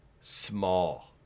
small